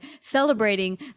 celebrating